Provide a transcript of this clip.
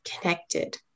connected